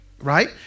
Right